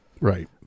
right